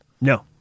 No